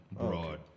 Broad